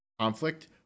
conflict